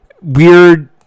weird